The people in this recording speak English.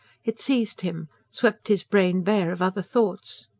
it seized him swept his brain bare of other thoughts.